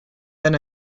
then